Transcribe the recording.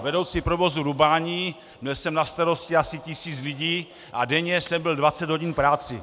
Vedoucí provozu rubání, měl jsem na starosti asi tisíc lidí a denně jsem byl 20 hodin v práci.